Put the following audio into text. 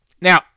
Now